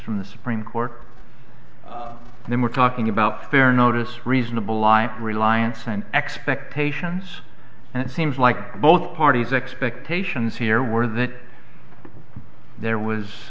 from the supreme court they were talking about their notice reasonable line reliance and expectations and it seems like both parties expectations here were that there was